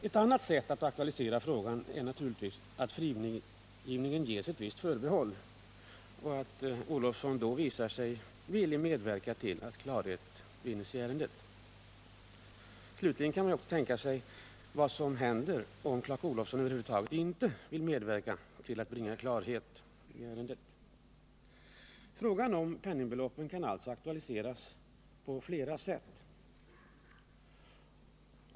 Ett annat sätt att aktualisera frågan är naturligtvis att frigivningen ges ett visst förbehåll, och att Olofsson då visar sig villig medverka till att klarhet vinnes i ärendet. Slutligen kan man också tänka sig vad som borde hända om Clark Olofsson över huvud taget inte vill medverka till att bringa klarhet i ärendet. Frågan om penningbeloppen kan alltså aktualiseras på flera sätt.